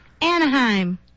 Anaheim